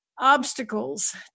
obstacles